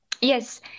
Yes